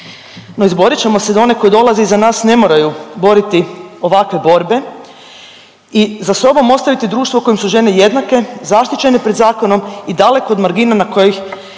No izborit ćemo se da one koje dolaze iza nas ne moraju boriti ovakve borbe i za sobom ostaviti društvo u kojem su žene jednake, zaštićene pred zakonom i daleko od margina na kojih